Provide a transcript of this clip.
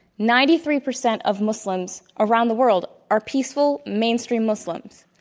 ninety three percent of muslims around the world are peaceful, mainstream muslims.